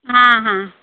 हाँ हाँ